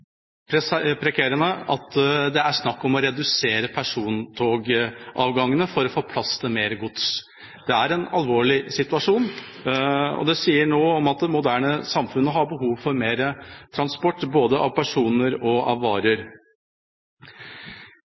at det er snakk om å redusere persontogavgangene for å få plass til mer gods. Det er en alvorlig situasjon, og det sier noe om at det moderne samfunnet har behov for mer transport både av personer og av varer.